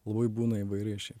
labai būna įvairiai šiaip